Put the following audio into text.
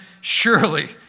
surely